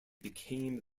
became